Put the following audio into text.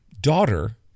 daughter